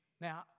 Now